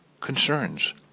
concerns